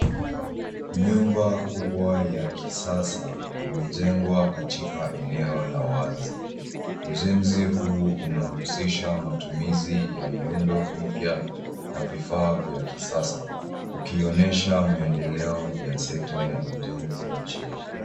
Nyumba kubwa ya kisasa imejengwa katika eneo la wazi. Ujenzi huu unahusisha matumizi ya miundo mipya na vifaa vya kisasa, ukionyesha maendeleo ya sekta ya ujenzi nchini.